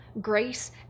grace